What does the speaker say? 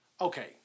Okay